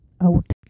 out